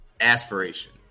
aspiration